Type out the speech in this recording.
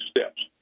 steps